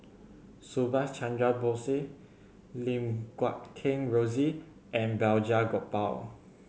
Subhas Chandra Bose Lim Guat Kheng Rosie and Balraj Gopal